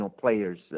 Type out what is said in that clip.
players